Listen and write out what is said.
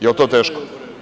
Jel to teško?